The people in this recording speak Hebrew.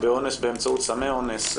באונס באמצעות סמי אונס.